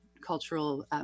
cultural